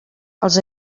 els